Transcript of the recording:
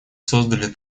создали